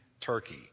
Turkey